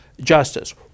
justice